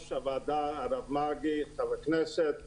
הוועדה חבר הכנסת מרגי,